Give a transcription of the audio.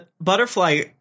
Butterfly